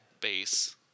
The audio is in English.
base